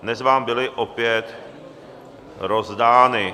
Dnes vám byly opět rozdány.